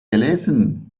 gelesen